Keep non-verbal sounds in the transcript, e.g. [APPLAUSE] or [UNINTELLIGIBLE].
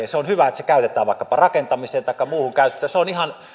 [UNINTELLIGIBLE] ja on hyvä että sen jälkeen se käytetään vaikkapa rakentamiseen taikka menee muuhun käyttöön se on ihan